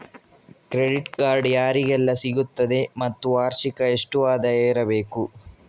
Credit card ಯಾರಿಗೆಲ್ಲ ಸಿಗುತ್ತದೆ ಮತ್ತು ವಾರ್ಷಿಕ ಎಷ್ಟು ಆದಾಯ ಇರಬೇಕು?